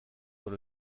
dans